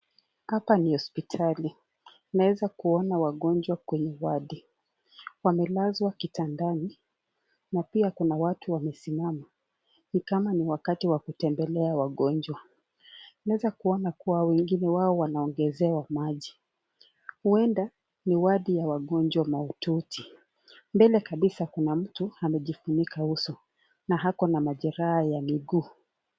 Hapa ni hospitali tunaweza kuona wagonjwa kwenye wadi. Wamelazwa kitandani na pia kuna watu wamesimama ni kama ni wakati wa kutembelea wagonjwa. Tunaweza kuona kuwa wengine wao wanaongezwa maji huenda ni wadi ya wagonjwa mahututi. Mbele kabisa kuna mtu amejifunika uso na ako na majeraha ya miguu.